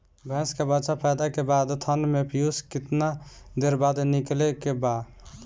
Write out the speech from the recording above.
भैंस के बच्चा पैदा के बाद थन से पियूष कितना देर बाद निकले के बा?